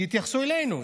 שיתייחסו אלינו.